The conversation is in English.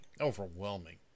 Overwhelming